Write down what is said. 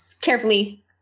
Carefully